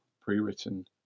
pre-written